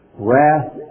Wrath